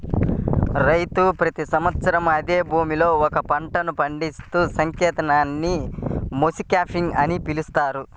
రైతు ప్రతి సంవత్సరం అదే భూమిలో ఒకే పంటను పండించే సాంకేతికతని మోనోక్రాపింగ్ అని పిలుస్తారు